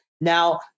Now